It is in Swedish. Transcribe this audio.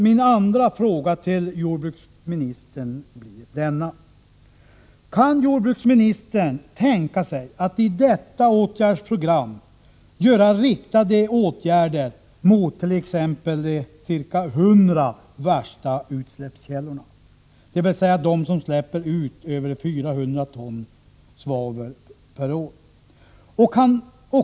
Min andra fråga till jordbruksministern blir då: Kan jordbruksministern tänka sig att i detta åtgärdsprogram vidta rik:ade åtgärder mot t.ex. de ca 100 värsta utsläppskällorna, dvs. de som släpper ut över 400 ton svaveldioxid per år?